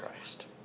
Christ